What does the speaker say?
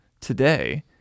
today